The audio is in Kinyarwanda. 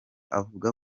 avuga